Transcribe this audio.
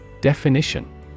Definition